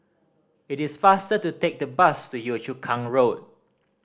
it is faster to take the bus to Yio Chu Kang Road